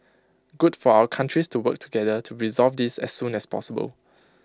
good for our countries to work together to resolve this as soon as possible